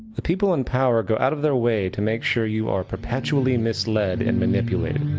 the people in power go out of their way to make sure you are perpetually mislead and manipulated.